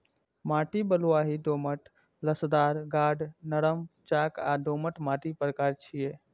माटि बलुआही, दोमट, लसदार, गाद, नरम, चाक आ दोमट माटिक प्रकार छियै